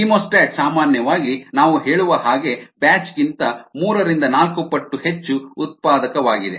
chemostat ಸಾಮಾನ್ಯವಾಗಿ ನಾವು ಹೇಳುವ ಹಾಗೆ ಬ್ಯಾಚ್ ಗಿಂತ ಮೂರರಿಂದ ನಾಲ್ಕು ಪಟ್ಟು ಹೆಚ್ಚು ಉತ್ಪಾದಕವಾಗಿದೆ